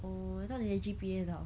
oh I thought 你的 G_P_A 很好